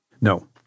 No